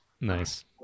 Nice